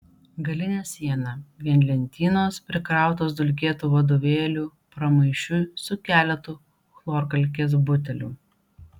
galinė siena vien lentynos prikrautos dulkėtų vadovėlių pramaišiui su keletu chlorkalkės butelių